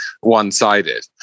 one-sided